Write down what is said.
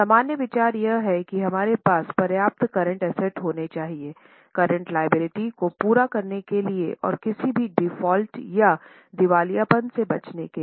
सामान्य विचार यह है कि हमारे पास पर्याप्त करंट एसेट होने चाहिए करंट लायबिलिटी को पूरा करने के लिए और किसी भी डिफ़ॉल्ट या दिवालियापन से बचने के लिए